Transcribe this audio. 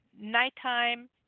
nighttime